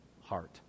heart